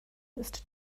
ist